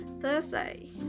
Thursday